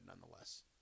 nonetheless